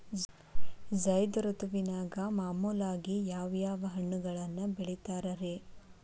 ಝೈದ್ ಋತುವಿನಾಗ ಮಾಮೂಲಾಗಿ ಯಾವ್ಯಾವ ಹಣ್ಣುಗಳನ್ನ ಬೆಳಿತಾರ ರೇ?